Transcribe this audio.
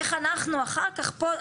איך אנחנו אחר-כך פה,